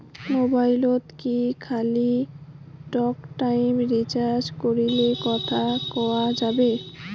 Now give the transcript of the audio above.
মোবাইলত কি খালি টকটাইম রিচার্জ করিলে কথা কয়া যাবে?